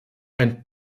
ein